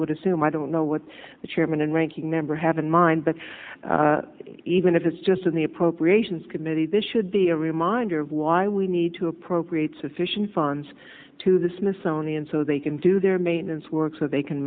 would assume i don't know what the chairman and ranking member have in mind but even if it's just in the appropriations committee this should be a reminder of why we need to appropriate sufficient funds to the smithsonian so they can do their maintenance work so they can